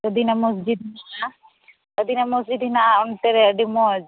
ᱟᱹᱫᱤᱱᱟ ᱢᱚᱥᱡᱤᱛ ᱢᱮᱱᱟᱜᱼᱟ ᱟᱹᱫᱤᱱᱟ ᱢᱚᱥᱡᱤᱛ ᱦᱮᱱᱟᱜᱼᱟ ᱚᱱᱛᱮᱨᱮ ᱟᱹᱰᱤ ᱢᱚᱡᱽ